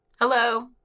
Hello